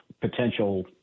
potential